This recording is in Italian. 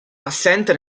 assente